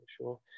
sure